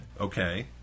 Okay